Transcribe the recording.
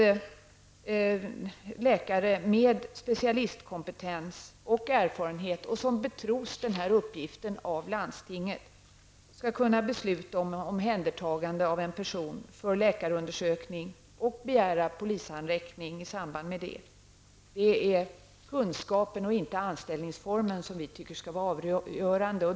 Läkare med specialistkompetens och erfarenhet och som betros den här uppgiften av landstinget skall kunna besluta om omhändertagande av en person för läkarundersökning och begära polishandräckning i samband med det. Det är kunskapen och inte anställningsformen som vi tycker skall vara avgörande.